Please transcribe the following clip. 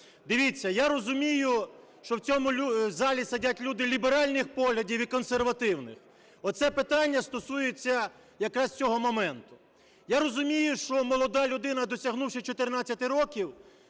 Дивіться, я розумію, що в цьому залі сидять люди ліберальних поглядів і консервативних. Оце питання стосується якраз цього моменту. Я розумію, що молода людина, досягнувши 14 років,